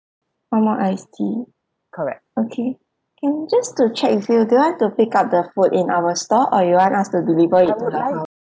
one more iced tea okay can just to check with you do you want to pick up the food in our store or you want us to deliver it to your house